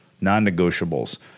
Non-negotiables